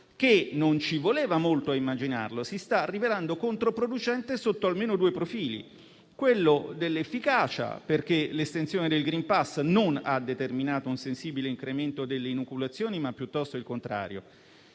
che - non ci voleva molto ad immaginarlo - si sta rivelando controproducente sotto almeno due profili: quello dell'efficacia, perché l'estensione del *green pas*s non ha determinato un sensibile incremento delle inoculazioni, piuttosto il contrario,